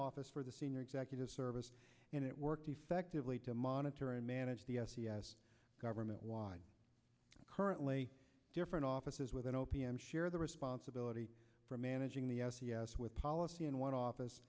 office for the senior executive service and it worked effectively to monitor and manage the government while currently different offices within o p m share the responsibility for managing the s e s with policy and one office